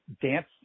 dance